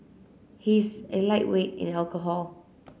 he is a lightweight in alcohol